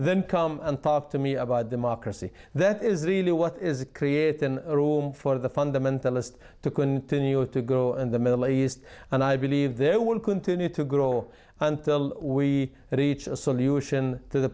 then come and talk to me about democracy that is really what is a create and room for the fundamentalists to continue to go in the middle east and i believe there will continue to grow until we reach a solution to the